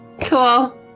Cool